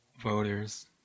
voters